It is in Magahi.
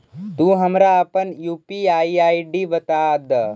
तू हमारा अपन यू.पी.आई आई.डी बता दअ